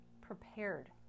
prepared